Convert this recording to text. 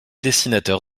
dessinateur